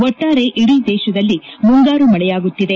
ಒಟ್ಲಾರೆ ಇಡೀ ದೇಶದಲ್ಲಿ ಮುಂಗಾರು ಮಳೆಯಾಗುತ್ತಿದೆ